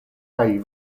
kaj